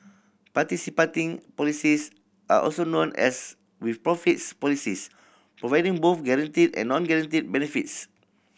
participating policies are also known as with profits policies providing both guaranteed and non guaranteed benefits